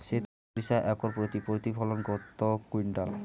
সেত সরিষা একর প্রতি প্রতিফলন কত কুইন্টাল?